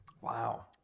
Wow